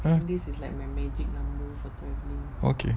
!huh! okay